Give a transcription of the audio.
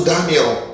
Daniel